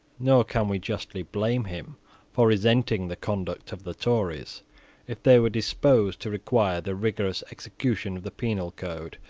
nor can we justly blame him for resenting the conduct of the tories if they were disposed to require the rigorous execution of the penal code,